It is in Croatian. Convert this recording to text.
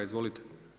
Izvolite.